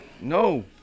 no